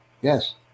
Yes